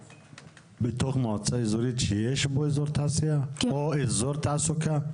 בתוך מועצה אזורית שיש בו אזור תעשייה או אזור תעסוקה?